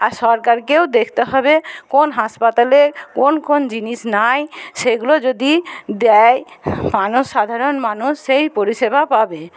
আর সরকারকেও দেখতে হবে কোন হাসপাতালে কোন কোন জিনিস নাই সেইগুলো যদি দেয় মানুষ সাধারণ মানুষ সেই পরিষেবা পাবে